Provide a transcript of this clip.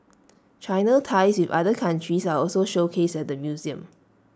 China's ties with other countries are also showcased at the museum